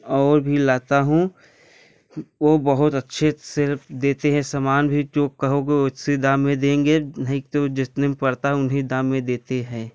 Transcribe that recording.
और भी लाता हूँ वो बहुत अच्छे से देते हैं समान भी जो कहोगे उसी दाम में देंगे नहीं तो जितने में पड़ता है उन्हीं दाम में देते हैं